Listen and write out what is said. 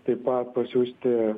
taip pat pasiųsti